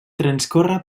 transcorre